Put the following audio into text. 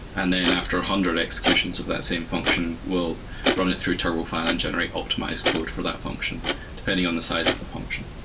and then after one hundred executions of that same function, we'll run it through turbofan and generate optimized code for that function depending on the size of the function.